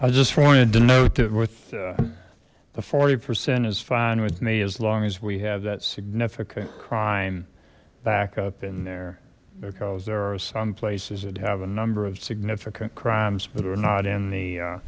i just wanted to note that with the forty percent is fine with me as long as we have that significant crime back up in there because there are some places that have a number of significant crimes but we're not in the